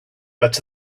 but